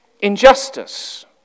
injustice